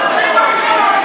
תודה.